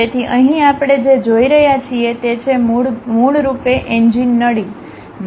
તેથી અહીં આપણે જે જોઈ રહ્યા છીએ તે છે મૂળરૂપે એન્જિન નળી